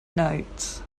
notes